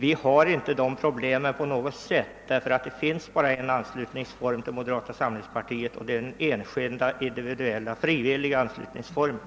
Vi har inte några sådana problem inom moderata samlingspartiet, eftersom det bara finns en anslutningsform, nämligen den enskilda individuella, frivilliga anslutningsformen.